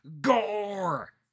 Gore